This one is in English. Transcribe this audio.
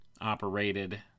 operated